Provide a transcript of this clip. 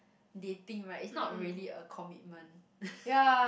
dating right is not really a commitment